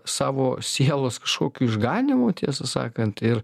savo sielos kažkokiu išganymu tiesą sakant ir